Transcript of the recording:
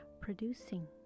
producing